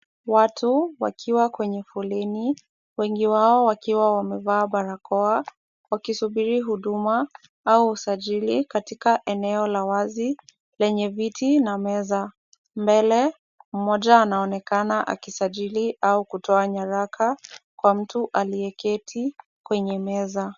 Watu wakiwa kwenye foleni, wengi wao wakiwa wamevalia barakoa, wakisubiri huduma au usajili katika eneo la wazi lenye viti na meza. Mbele, mmoja anaonekana akisajili au kutoa nyaraka kwa mtu aliyeketi kwenye meza.